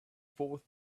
found